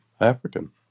African